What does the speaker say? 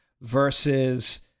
versus